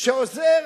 שעוזר